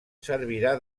servirà